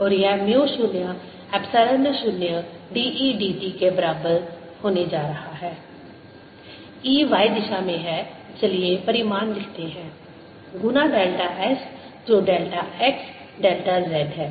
और यह mu 0 epsilon 0 dE dt के बराबर होने जा रहा है E y दिशा में है चलिए परिमाण लिखते हैं गुना डेल्टा s जो डेल्टा x डेल्टा z है